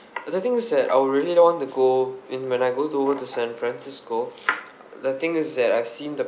the thing is that I would really don't want to go and when I go to over to san francisco the thing is that I've seen the